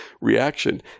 reaction